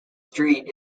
street